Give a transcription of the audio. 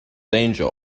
danger